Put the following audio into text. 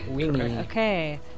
Okay